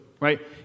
right